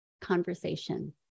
conversation